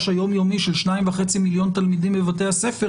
היומיומי של 2.5 מיליון תלמידים בבתי הספר,